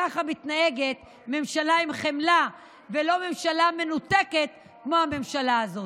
ככה מתנהגת ממשלה עם חמלה ולא ממשלה מנותקת כמו הממשלה הזאת.